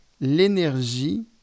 l'énergie